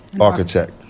architect